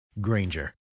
Granger